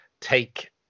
take